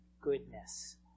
goodness